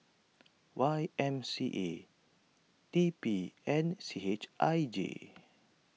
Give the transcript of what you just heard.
Y M C A T P and C H I J